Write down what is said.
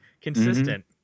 consistent